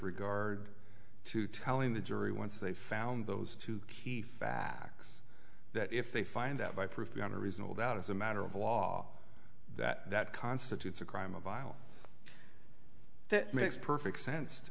regard to telling the jury once they found those two key facts that if they find out by proof beyond a reasonable doubt as a matter of law that that constitutes a crime of violence that makes perfect sense to